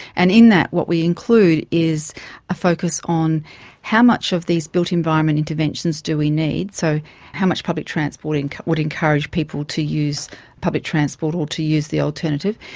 and in that what we include is a focus on how much of these built environment interventions do we need, so how much public transport and would encourage people to use public transport or to use the alternative,